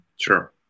Sure